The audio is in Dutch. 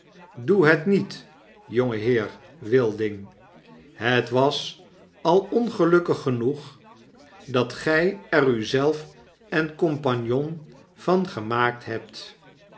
doe het niet jongeheer wilding het was al ongelukkig genoeg dat gij er u zelf en cie van gemaakt hebt